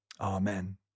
Amen